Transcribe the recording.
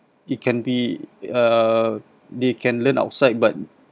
it can be uh they can learn outside but